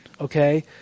Okay